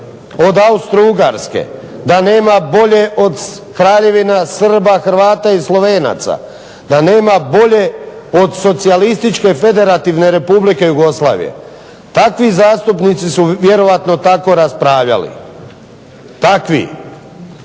od Austro-ugarske, da nema bolje od Kraljevine Srba, Hrvata i Slovenaca, da nema bolje od Socijalističke Federativne Republike Jugoslavije. Takvi zastupnici su vjerojatno tako raspravljali, takvi.